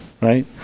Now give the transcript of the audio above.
Right